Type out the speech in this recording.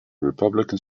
republican